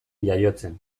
jaiotzen